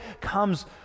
comes